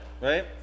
right